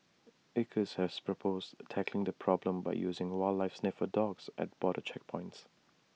acres has proposed tackling the problem by using wildlife sniffer dogs at border checkpoints